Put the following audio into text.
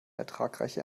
ertragreiche